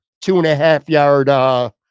two-and-a-half-yard